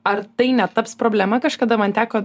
ar tai netaps problema kažkada man teko